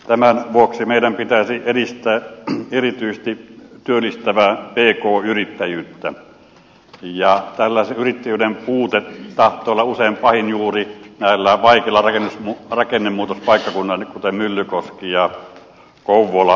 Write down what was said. tämän vuoksi meidän pitäisi edistää erityisesti työllistävää pk yrittäjyyttä ja tällaisen yrittäjyyden puute tahtoo usein olla pahin juuri vaikeilla rakennemuutospaikkakunnilla kuten myllykoskella ja kouvolassa